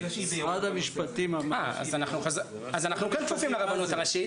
משרד המשפטים אמר --- אז אנחנו כן כפופים לרבנות הראשית.